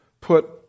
Put